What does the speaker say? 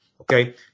Okay